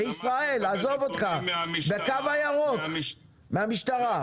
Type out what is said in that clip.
בישראל, עזוב אותך, בקו הירוק מהמשטרה.